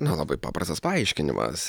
na labai paprastas paaiškinimas